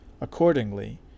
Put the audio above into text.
Accordingly